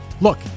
Look